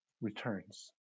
returns